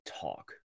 talk